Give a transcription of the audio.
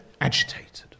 agitated